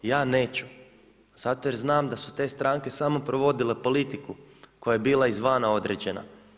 Ja neću zato jer znam da su te stranke samo provodile politiku koja je bila izvana određena.